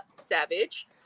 Savage